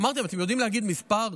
אמרתי: אתם יודעים להגיד מספר?